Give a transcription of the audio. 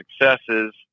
successes